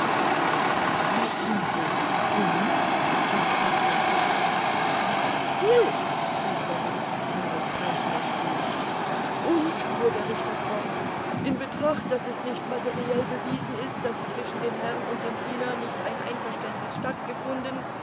pfund rief passepartout still rief der gerichtsdiener mit kreischender stimme und fuhr der richter fort in betracht daß es nicht materiell bewiesen ist daß zwischen dem herrn und dem diener nicht ein einverständniß stattgefunden